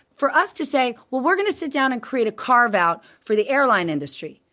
for us to say, well, we're gonna sit down and create a carve-out for the airline industry.